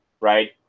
right